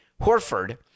Horford